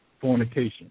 fornication